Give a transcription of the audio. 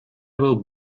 will